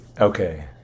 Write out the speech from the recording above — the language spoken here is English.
Okay